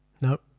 Nope